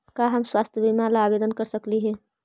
का हम स्वास्थ्य बीमा ला आवेदन कर सकली हे?